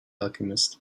alchemist